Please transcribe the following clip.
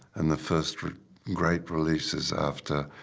and the first great releases after